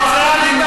לא.